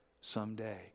someday